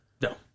No